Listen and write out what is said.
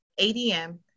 ADM